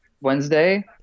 Wednesday